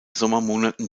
sommermonaten